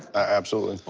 absolutely.